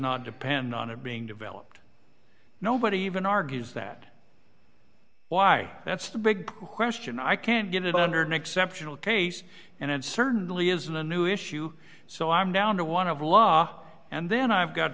not depend on it being developed nobody even argues that why that's the big question i can't get it under an exceptional case and it certainly isn't a new issue so i'm down to one of law and then i've got